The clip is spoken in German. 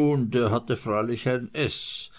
der hatte freilich ein s